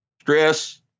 stress